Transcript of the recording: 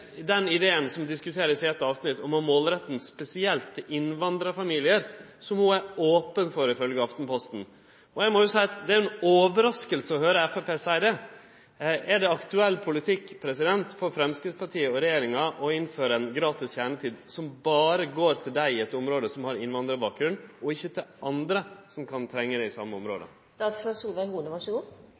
ideen som vert diskutert i eit avsnitt om å rette det spesielt inn mot innvandrarfamiliar, og som ho ifølge Aftenposten er open for. Eg må seie at det er ei overrasking å høyre Framstegspartiet seie det. Er det aktuell politikk for Framstegspartiet og regjeringa å innføre gratis kjernetid som berre går til dei i eit område som har innvandrarbakgrunn, og ikkje til andre som kan trenge det i same